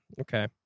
Okay